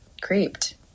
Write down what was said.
creeped